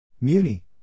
Muni